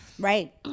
Right